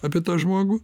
apie tą žmogų